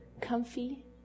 Comfy